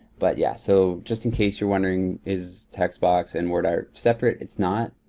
but yeah, so just in case you're wondering is text box and wordart separate, it's not.